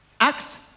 act